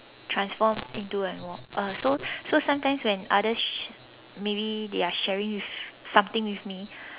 transform into a wall uh so so sometimes when others sh~ maybe they are sharing with something with me